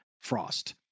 frost